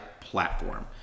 platform